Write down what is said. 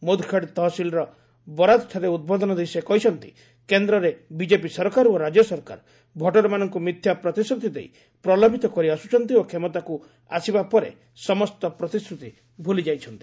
ମୁଦଖେଡ୍ ତହସିଲର ବରାଦଠାରେ ଉଦ୍ବୋଧନ ଦେଇ ସେ କହିଛନ୍ତି କେନ୍ଦ୍ରରେ ବିଜେପି ସରକାର ଓ ରାଜ୍ୟ ସରକାର ଭୋଟରମାନଙ୍କୁ ମିଥ୍ୟା ପ୍ରତିଶ୍ରୁତି ଦେଇ ପ୍ରଲୋଭିତ କରିଆସୁଛନ୍ତି ଓ କ୍ଷମତାକୁ ଆସିବା ପରେ ସମସ୍ତ ପ୍ରତିଶ୍ରୁତି ଭୁଲିଯାଇଛନ୍ତି